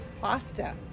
Pasta